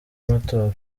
y’amatora